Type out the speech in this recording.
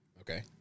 Okay